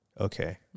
Okay